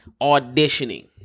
auditioning